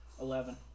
Eleven